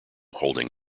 holding